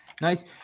Nice